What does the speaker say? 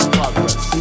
progress